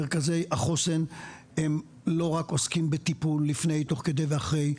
מרכזי החוסן לא רק עוסקים בטיפול לפני תוך כדי ואחרי,